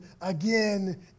again